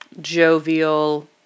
Jovial